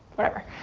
whatever.